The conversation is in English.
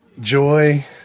Joy